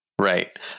Right